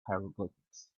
hieroglyphics